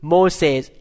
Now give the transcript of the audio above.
Moses